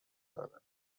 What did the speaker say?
دارد